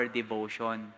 devotion